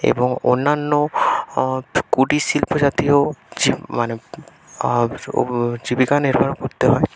এবং অন্যান্য কুটির শিল্প জাতীয় মানে জীবিকা নির্বাহ করতে হয়